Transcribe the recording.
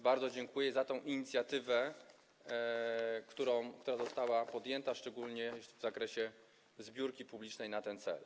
Bardzo dziękuję za tę inicjatywę, która została podjęta, szczególnie w zakresie zbiórki publicznej na ten cel.